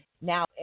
now